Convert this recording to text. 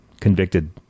convicted